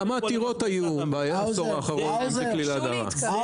כמה עתירות היו בעשור האחרון לגבי ההדרה?